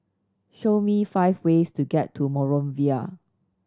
show me five ways to get to Monrovia